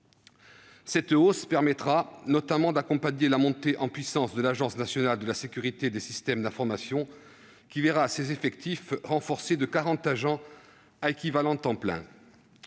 Cette hausse permettra notamment d'accompagner la montée en puissance de l'Agence nationale de la sécurité des systèmes d'information (Anssi), dont les effectifs seront renforcés de 40 agents à équivalent temps plein.